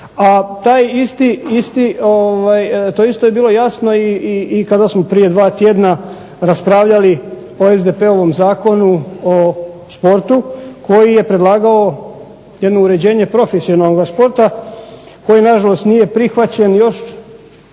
to isto je bilo jasno i kada smo prije dva tjedna raspravljali o SDP-ovom Zakonu o športu koji je predlagao jedno uređenje profesionalnog športa koji nažalost nije prihvaćen još,